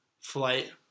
flight